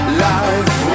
life